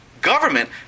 government